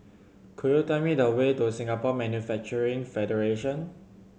could you tell me the way to Singapore Manufacturing Federation